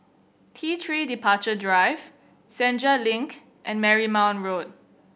T Three Departure Drive Senja Link and Marymount Road